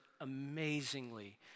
amazingly